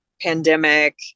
pandemic